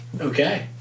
Okay